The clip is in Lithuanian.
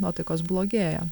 nuotaikos blogėja